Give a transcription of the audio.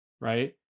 Right